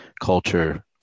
culture